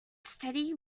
steady